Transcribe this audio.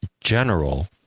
General